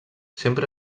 sempre